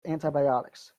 antibiotics